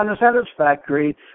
unsatisfactory